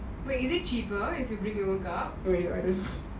wait is it cheaper if you bring your own cup